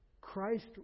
Christ